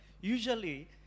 Usually